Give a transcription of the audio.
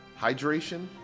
hydration